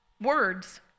words